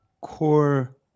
core